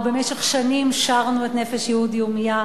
ובמשך שנים שרנו את "נפש יהודי הומייה",